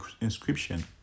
inscription